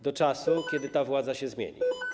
Do czasu, kiedy ta władza się zmieni.